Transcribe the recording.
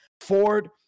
Ford